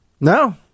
No